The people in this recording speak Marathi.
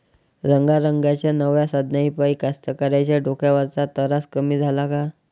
रंगारंगाच्या नव्या साधनाइपाई कास्तकाराइच्या डोक्यावरचा तरास कमी झाला का?